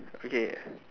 okay